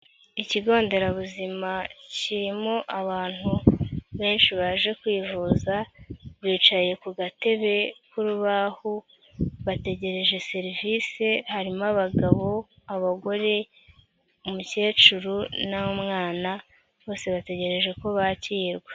Ikigo nderabuzima kirimo abantu benshi baje kwivuza bicaye ku gatebe k'urubaho, bategereje serivise harimo abagabo, abagore, umukecuru n'umwana, bose bategereje ko bakirwa.